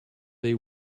they